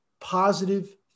positive